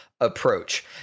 approach